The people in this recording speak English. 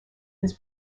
his